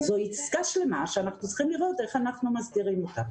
זו עסקה שלמה שאנחנו צריכים לראות איך אנחנו מסדירם אותה.